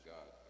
God